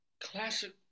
classic